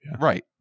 right